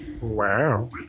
Wow